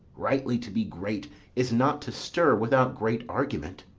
rightly to be great is not to stir without great argument,